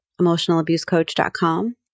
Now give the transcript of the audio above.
emotionalabusecoach.com